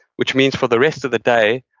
which means for the rest of the day,